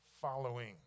following